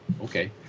okay